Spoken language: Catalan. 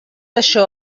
això